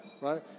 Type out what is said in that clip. right